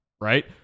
right